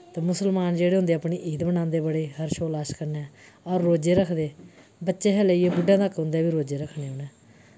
ते मुस्लमान जेह्ड़े होंदे अपनी ईद मनांदे बड़े हर्श ओ उल्लास कन्नै ओह् रोजे रखदे बच्चें हा लेइयै बुड्ढे तक उंदै बी रोज्जे रक्खने उ'नें